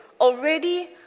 already